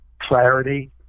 clarity